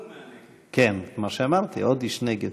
חבר הכנסת מרגי, עוד איש נגב.